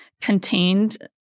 contained